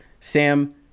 Sam